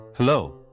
Hello